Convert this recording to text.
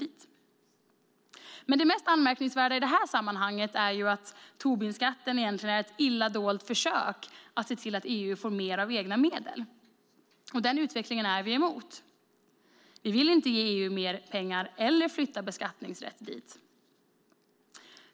Det mest anmärkningsvärda i detta sammanhang är att Tobinskatten egentligen är ett illa dolt försök att se till att EU får mer egna medel, och den utvecklingen är vi emot. Vi vill inte ge EU mer pengar eller flytta beskattningsrätt dit.